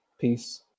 peace